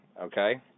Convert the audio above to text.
okay